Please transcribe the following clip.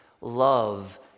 love